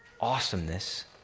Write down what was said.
awesomeness